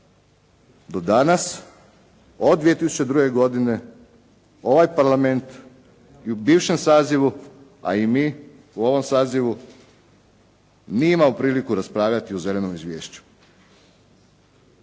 Do danas od 2002. godine ovaj Parlament i u bivšem sazivu a i mi u ovom sazivu nije imao priliku raspravljati o zelenom izvješću.